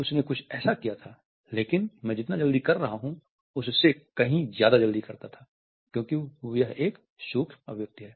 उसने कुछ ऐसा किया था लेकिन मैं जितना जल्दी कर रहा हूं उससे कहीं ज्यादा जल्दी करता है क्योंकि यह एक सूक्ष्म अभिव्यक्ति है